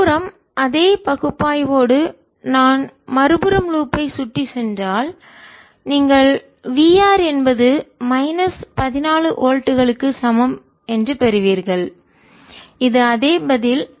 மறுபுறம் அதே பகுப்பாய்வோடு நான் மறுபுறம் லூப் ஐ வளையத்தின் சுற்றிச் சென்றால் நீங்கள் Vr என்பது மைனஸ் 14 வோல்ட்டுகளுக்கு சமம் பெறுவீர்கள் இது அதே பதில்